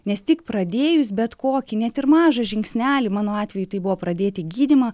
nes tik pradėjus bet kokį net ir mažą žingsnelį mano atveju tai buvo pradėti gydymą